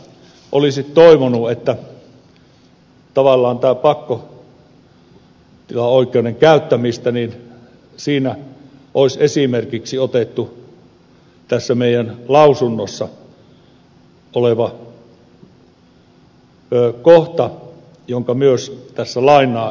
olisi toivonut että tavallaan tämän pakkotilaoikeuden käyttämisessä olisi esimerkiksi otettu tässä meidän lausunnossamme oleva kohta jonka myös tässä lainaan